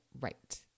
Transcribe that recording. right